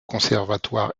conservatoire